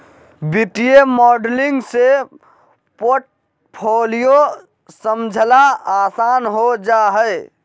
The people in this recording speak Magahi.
वित्तीय मॉडलिंग से पोर्टफोलियो समझला आसान हो जा हय